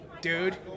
dude